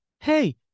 Hey